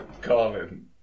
Carlin